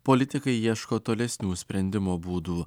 politikai ieško tolesnių sprendimo būdų